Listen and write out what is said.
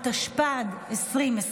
התשפ"ד 2024,